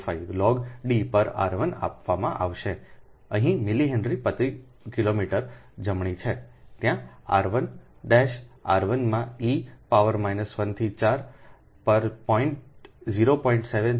4605 log D પર r1 આપવામાં આવશે અહીં મિલી હેનરી પ્રતિ કિલોમીટર જમણી છે જ્યાં r 1 r 1 માં e પાવર 1 થી 4 પર 0